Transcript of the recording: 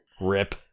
Rip